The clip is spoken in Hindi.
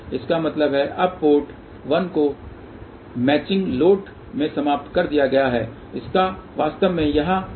इसका मतलब है अब पोर्ट 1 को मैचिंग लोड में समाप्त कर दिया गया है और इसका वास्तव में यहाँ क्या मतलब है